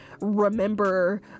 remember